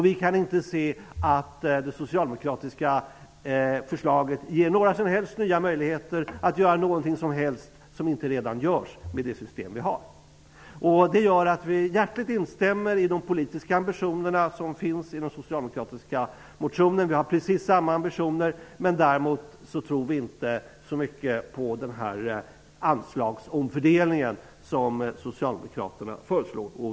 Vi kan inte se att det socialdemokratiska förslaget ger några som helst nya möjligheter att göra något som inte redan görs med det system som redan finns. Vi instämmer hjärtligt i de politiska ambitionerna som finns i den socialdemokratiska motionen. Vi har precis samma ambitioner, men däremot tror vi inte så mycket på den omfördelning av anslagen som Socialdemokraterna föreslår.